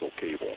cable